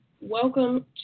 welcome